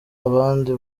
abandi